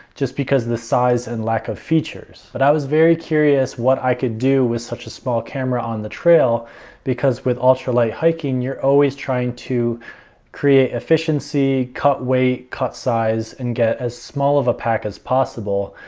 just because the size and lack of features. but i was very curious what i could do with such a small camera on the trail because with ultralight hiking, you're always trying to create efficiency, cut weight, cut size, and get as small of a pack as possible.